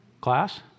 Class